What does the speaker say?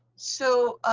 so,